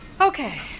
Okay